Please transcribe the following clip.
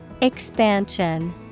Expansion